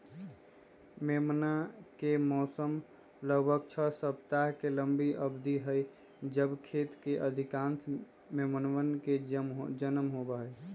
मेमना के मौसम लगभग छह सप्ताह के लंबी अवधि हई जब खेत के अधिकांश मेमनवन के जन्म होबा हई